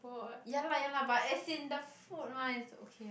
ya lah ya lah but as in the food lah is okay